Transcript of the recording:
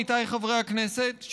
עמיתיי חברי הכנסת,